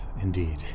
indeed